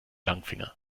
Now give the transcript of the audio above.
langfinger